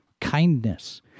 kindness